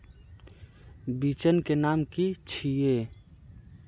बिचन के नाम की छिये?